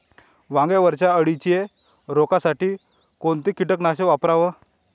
वांग्यावरच्या अळीले रोकासाठी कोनतं कीटकनाशक वापराव?